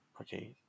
Okay